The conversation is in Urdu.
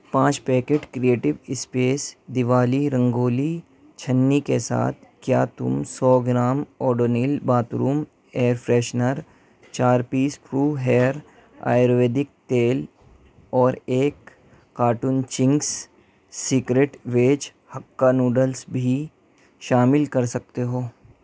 پانچ packet creative space Diwali rangoli چھنی کے ساتھ کیا تم سو gram Odonil bathroom air freshener چار پیس فرو ہیئر آیورویدک تیل اور ایک carton Ching's secret veg hakka noodles بھی شامل کر سکتے ہو